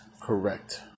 correct